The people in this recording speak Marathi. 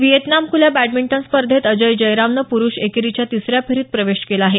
वियतनाम खुल्या बॅडमिंटन स्पर्धेत अजय जयरामनं पुरुष एकेरीच्या तिसऱ्या फेरीत प्रवेश केला आहे